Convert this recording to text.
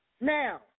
Now